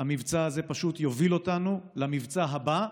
המבצע הזה פשוט יוביל אותנו למבצע הבא,